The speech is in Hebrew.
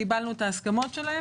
קיבלנו את הסכמותיהם.